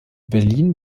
berlin